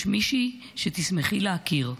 יש מישהי שתשמחי להכיר.